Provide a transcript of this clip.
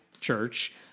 church